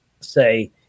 say